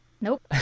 nope